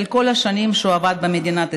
על כל השנים שהוא עבד במדינת ישראל.